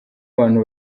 abantu